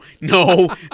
no